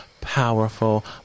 powerful